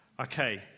Okay